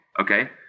okay